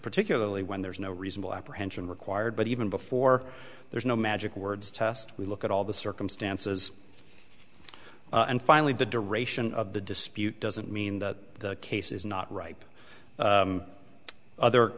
particularly when there is no reasonable apprehension required but even before there's no magic words test we look at all the circumstances and finally the duration of the dispute doesn't mean that the case is not ripe other